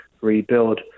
rebuild